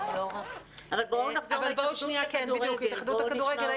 אבל עכשיו בואו נחזור להתאחדות לכדורגל.